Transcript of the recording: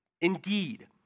Indeed